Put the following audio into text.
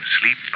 sleep